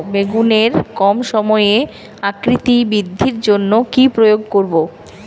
বেগুনের কম সময়ে আকৃতি বৃদ্ধির জন্য কি প্রয়োগ করব?